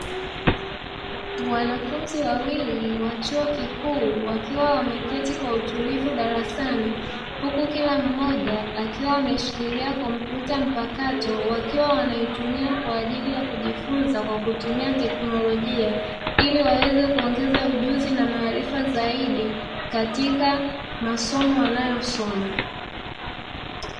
Wanafunzi wawili wa chuo kikuu wakiwa wameketi kwa utulivu darasani huku kila mmoja akiwa ameshikilia kompyuta mpakato, wakiwa wanaitumia kwaajili ya kujifunza kutumia teknolojia ili waweze kuongeza ujuzi na maarifa zaidi katika masomo wanayosoma.